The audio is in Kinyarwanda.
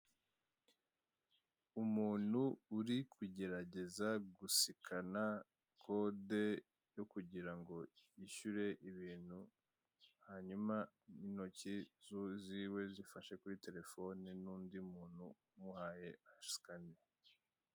Umuntu uri kugerageza gusikana kode yo kugirango yishyure ibintu hanyuma intoki ziwe zifashe kuri Telefone nundi muntu umuhaye asikane.